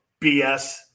BS